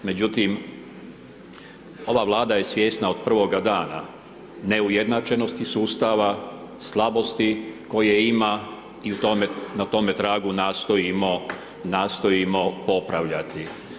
Međutim, ova Vlada je svjesna od prvoga dana neujednačenosti sustava, slabosti koje ima i na tome tragu nastojimo popravljati.